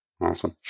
Awesome